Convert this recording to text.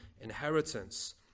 inheritance